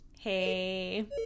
Hey